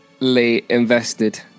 invested